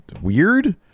weird